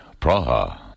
Praha